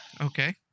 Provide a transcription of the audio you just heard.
Okay